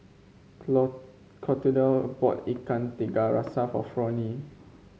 Clotilde bought Ikan Tiga Rasa for Fronie